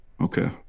okay